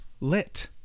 lit